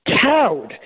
cowed